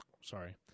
Sorry